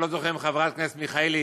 אני לא זוכר אם חברת הכנסת מיכאלי